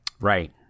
Right